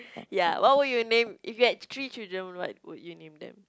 ya what would you name if you have three children what would you name them